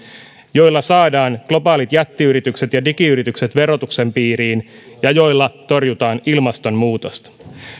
joilla saadaan globaalit jättiyritykset ja digiyritykset verotuksen piiriin ja joilla torjutaan ilmastonmuutosta